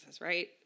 right